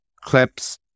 clips